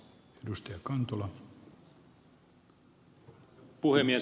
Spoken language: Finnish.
arvoisa puhemies